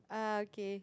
uh okay